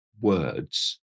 words